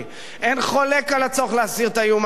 אין חולק על הצורך להסיר את האיום האירני.